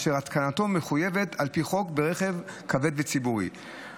אשר התקנתו ברכב כבד וציבורי מחויבת על פי חוק.